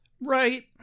Right